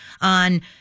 on